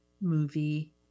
movie